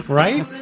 right